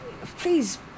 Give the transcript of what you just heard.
please